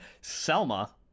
Selma